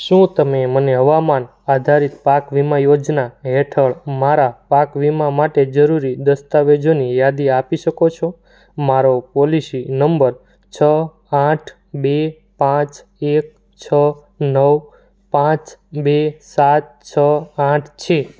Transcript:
શું તમે મને હવામાન આધારિત પાક વીમા યોજના હેઠળ મારા પાક વીમા માટે જરૂરી દસ્તાવેજોની યાદી આપી શકો છો મારો પોલિસી નંબર છ આઠ બે પાંચ એક છ નવ પાંચ બે સાત છ આઠ છે